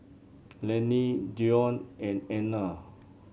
Lanie Deion and Ana